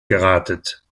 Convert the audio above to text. geratet